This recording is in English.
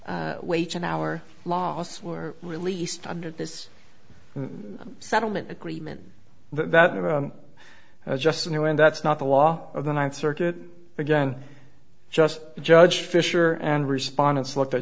wage and hour laws were released under this settlement agreement that just in the end that's not the law of the ninth circuit again just judge fisher and respondents looked at